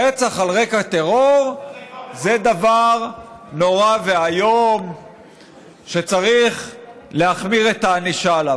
רצח על רקע טרור זה דבר נורא ואיום שצריך להחמיר את הענישה עליו,